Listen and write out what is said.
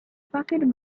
pocket